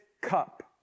cup